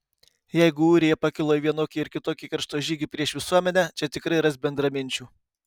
jeigu ūrija pakilo į vienokį ar kitokį keršto žygį prieš visuomenę čia tikrai ras bendraminčių